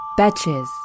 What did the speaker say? Betches